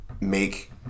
make